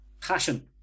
passion